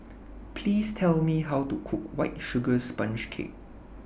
Please Tell Me How to Cook White Sugar Sponge Cake